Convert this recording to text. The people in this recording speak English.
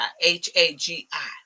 H-A-G-I